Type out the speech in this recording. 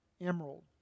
emerald